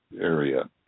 area